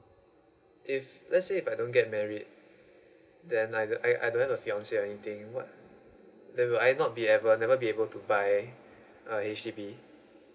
if let's say if I don't get married then I do~ I don't have fiancee anything what then will I not be able never be able to buy a H_D_B